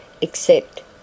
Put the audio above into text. except